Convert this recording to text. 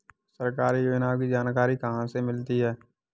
सरकारी योजनाओं की जानकारी कहाँ से मिलती है?